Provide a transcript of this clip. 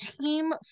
team